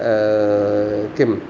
किम्